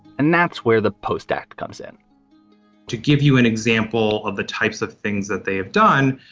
and that's where the post act comes in to give you an example of the types of things that they have done,